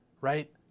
right